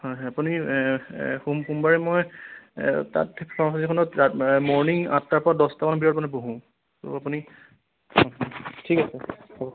হয় হয় আপুনি সোম সোমবাৰে মই তাত ফাৰ্মাচী খনত মই মৰ্নিং আঠটাৰ পৰা দহটামান ভিতৰত মানে বহোঁ ত' আপুনি ঠিক আছে হ'ব